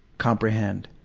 comprehend.